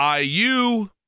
IU